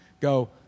go